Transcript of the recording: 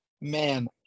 man